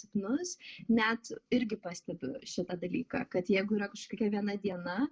sapnus net irgi pastebiu šitą dalyką kad jeigu yra kažkokia viena diena